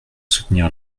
soutenir